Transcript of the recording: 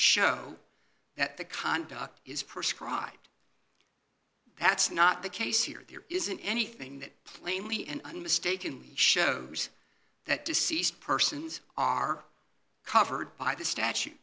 show that the conduct is prescribe that's not the case here there isn't anything that plainly and mistakenly shows that deceased persons are covered by the statute